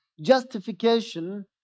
justification